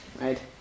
right